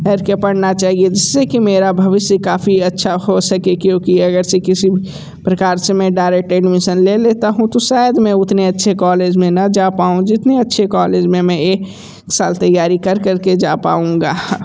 कर के पढ़ना चाहिए जिससे कि मेरा भविष्य काफ़ी अच्छा हो सके क्योंकि अगर से किसी प्रकार से मैं डायरेक्ट एडमीसन ले लेता हूँ तो शायद मैं उतने अच्छे कॉलेज में ना जा पाउँ जितने अच्छे कॉलेज में मैं एक साल तैयारी कर करके जा पाऊंगा